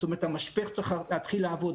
זאת אומרת, המשפך צריך להתחיל לעבוד.